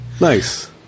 Nice